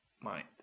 mind